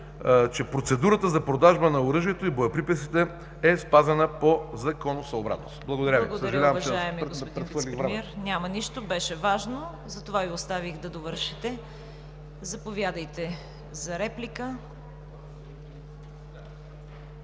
че процедурата за продажба на оръжието и боеприпасите е спазена по законосъобразност. Благодаря Ви.